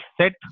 set